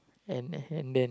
and and then